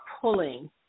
pulling